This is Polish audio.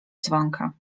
dzwonka